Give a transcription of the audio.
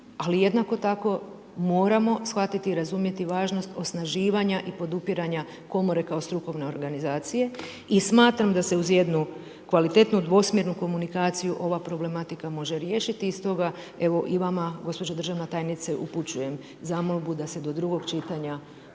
ali jednako tako moramo shvatiti i razumjeti važnost osnaživanja i podupiranja komore kao strukovne organizacije. I smatram da se uz jednu kvalitetnu dvosmjernu komunikaciju ova problematika može riješiti i stoga, evo i vama, gospođo državna tajnice upućujem zamolbu da se do drugog čitanja